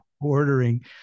ordering